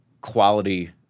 quality